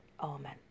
Amen